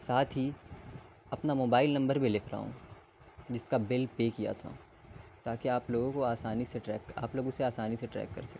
ساتھ ہی اپنا موبائل نمبر بھی لکھ رہا ہوں جس کا بل پے کیا تھا تاکہ آپ لوگوں کو آسانی سے ٹریک آپ لوگ اسے آسانی سے ٹریک کر سکتے ہیں